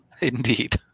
Indeed